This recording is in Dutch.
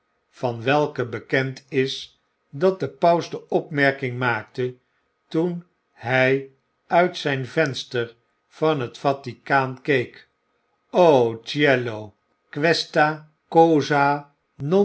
van welke bekend is dat de paus de opmerking maakte toen hg uit zgn venster van het vaticaan keek